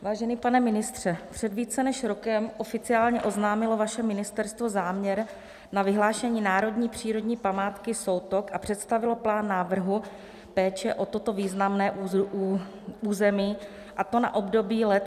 Vážený pane ministře, před více než rokem oficiálně oznámilo vaše ministerstvo záměr na vyhlášení národní přírodní památky Soutok a představilo plán návrhu péče o toto významné území, a to na období let 2020 až 2028.